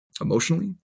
emotionally